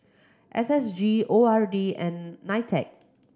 S S G O R D and NITEC